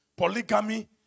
Polygamy